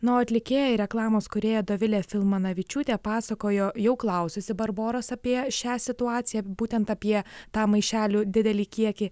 na o atlikėja ir reklamos kūrėja dovilė filmanavičiūtė pasakojo jau klaususi barboros apie šią situaciją būtent apie tą maišelių didelį kiekį